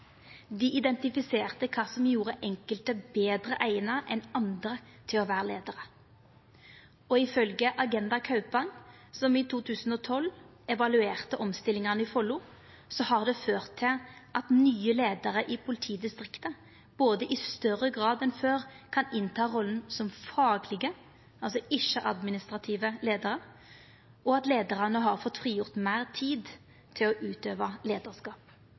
Dei identifiserte kva som gjorde enkelte betre eigna enn andre til å vera leiarar. Ifølgje Agenda Kaupang, som i 2012 evaluerte omstillingane i Follo, har det både ført til at nye leiarar i politidistriktet i større grad enn før kan innta rolla som faglege – altså ikkje administrative – leiarar, og til at leiarane har fått frigjort meir tid til å utøva